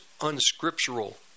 unscriptural